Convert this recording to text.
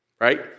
Right